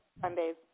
Sundays